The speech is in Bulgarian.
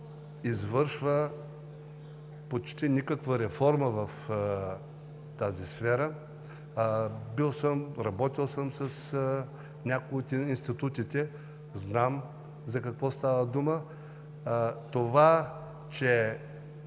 извършва почти никаква реформа в тази сфера. Бил съм, работил съм с някои от институтите, знам за какво става дума. Това че